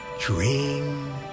Dream